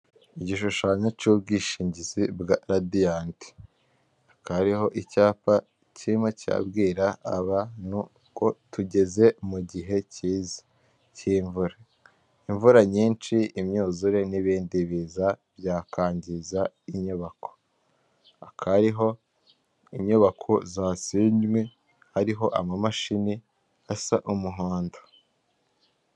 Igishushanyo cy'ubwishingizi bwa Radiyanti. Hakaba hariho icyapa kirimo cyirabwira abantu ko tugeze mu gihe cyiza cy'imvura, imvura nyinshi, imyuzure n'ibindi biza byakangiza inyubako. Hakaba hariho inyubako zasenywe, hariho amamashini asa umuhondo.